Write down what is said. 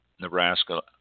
Nebraska